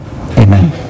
Amen